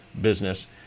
business